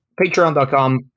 Patreon.com